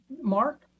mark